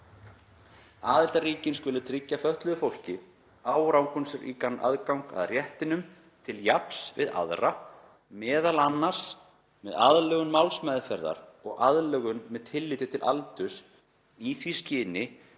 Aðildarríkin skulu tryggja fötluðu fólki árangursríkan aðgang að réttinum til jafns við aðra, meðal annars með aðlögun málsmeðferðar og aðlögun með tilliti til aldurs í því skyni